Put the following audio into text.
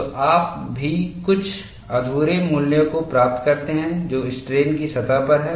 तो आप भी कुछ अधूरे मूल्यों को प्राप्त करते हैं जो स्ट्रेन की सतह पर है